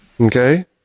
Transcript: Okay